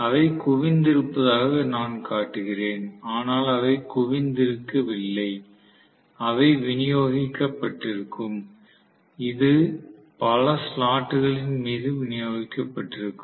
அவை குவிந்திருப்பதாக நான் காட்டுகிறேன் ஆனால் அவை குவிந்திருக்கவில்லை அவை விநியோகிக்கப்பட்டிருக்கும் இது பல ஸ்லாட் களின் மீது விநியோகிக்கப்பட்டிருக்கும்